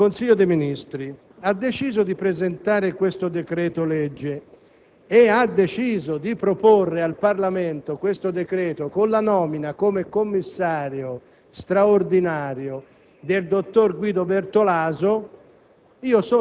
Il Consiglio dei ministri ha deciso di presentare questo decreto‑legge e di proporre al Parlamento la nomina, come commissario straordinario, del dottor Guido Bertolaso: